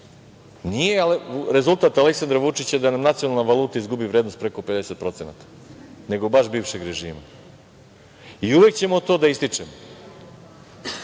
Nije rezultat Aleksandra Vučića da nam nacionalna valuta izgubi vrednost preko 50%, nego baš bivšeg režima. Uvek ćemo to da ističemo. Mi